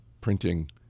printing